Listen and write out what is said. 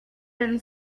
been